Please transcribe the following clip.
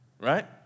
right